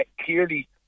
clearly